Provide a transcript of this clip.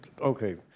Okay